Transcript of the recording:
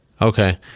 Okay